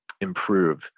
improve